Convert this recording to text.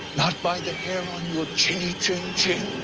not by the hair on your chinny-chin chin?